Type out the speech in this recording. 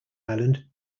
island